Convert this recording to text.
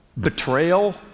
betrayal